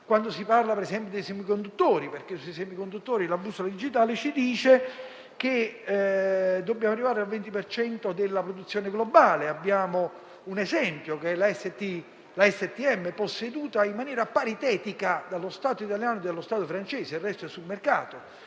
quando si parla dei semiconduttori, su cui la bussola digitale dice che dobbiamo arrivare al 20 per cento della produzione globale; abbiamo un esempio, che è la società STM, posseduta in maniera paritetica dallo Stato italiano e dallo Stato francese, il resto è sul mercato;